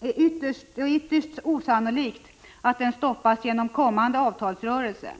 är ytterst osannolikt att den stoppas genom kommande avtalsrörelse.